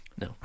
No